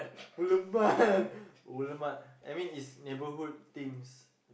Woodland-Mart Woodland-Mart I mean it's neighbourhood things